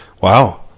Wow